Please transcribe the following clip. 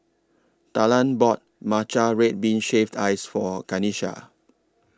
Talan bought Matcha Red Bean Shaved Ice For Kanisha